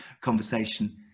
conversation